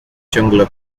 ciągle